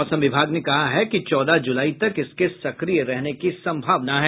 मौसम विभाग ने कहा है कि चौदह जुलाई तक इसके सक्रिय रहने की संभावना है